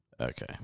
Okay